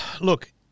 look